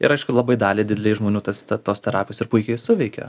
ir aišku labai daliai didelei žmonių tas ta tos terapijos ir puikiai suveikia